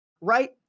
right